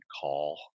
call